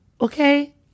okay